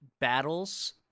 battles